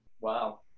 wow